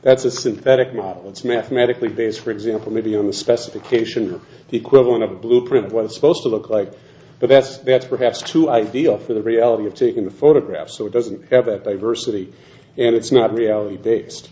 that's a synthetic model it's mathematically base for example maybe in the specification for the equivalent of a blueprint was supposed to look like but that's that's perhaps too ideal for the reality of taking the photograph so it doesn't have that diversity and it's not reality based